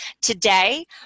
Today